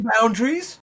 boundaries